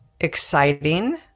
exciting